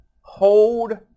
hold